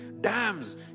dams